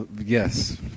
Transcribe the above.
Yes